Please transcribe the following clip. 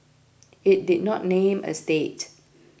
it did not name a state